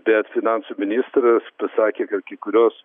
bet finansų ministras pasakė kad kai kurios